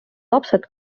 lapsed